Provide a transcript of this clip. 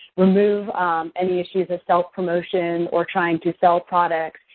remove any issues of self-promotion or trying to sell products,